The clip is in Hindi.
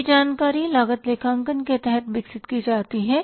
यह जानकारी लागत लेखांकन के तहत विकसित की जाती है